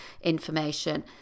information